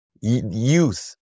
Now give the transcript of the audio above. youth